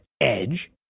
edge